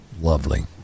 Lovely